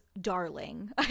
darling